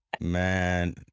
Man